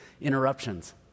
interruptions